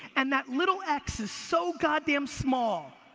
and that little x is so goddamned small.